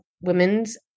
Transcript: women's